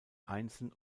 einzeln